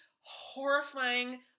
horrifying